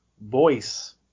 voice